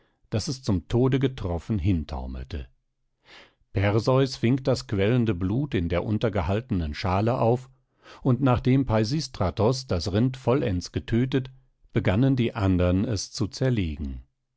daß es zum tode getroffen hintaumelte perseus fing das quellende blut in der untergehaltenen schale auf und nachdem peisistratos das rind vollends getötet begannen die andern es zu zerlegen